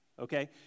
Okay